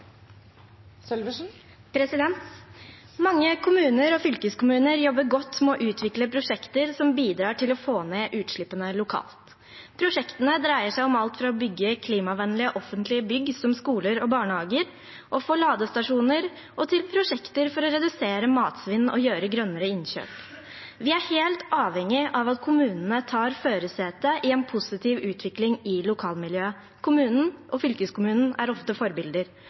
replikkordskifte. Mange kommuner og fylkeskommuner jobber godt med å utvikle prosjekter som bidrar til å få ned utslippene lokalt. Prosjektene dreier seg om alt fra å bygge klimavennlige offentlige bygg, som skoler og barnehager, og å få ladestasjoner til prosjekter for å redusere matsvinn og gjøre grønnere innkjøp. Vi er helt avhengige av at kommunene er i førersetet for en positiv utvikling i lokalmiljøet. Kommunen og fylkeskommunen er ofte forbilder,